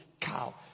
cow